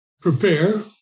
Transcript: prepare